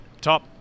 top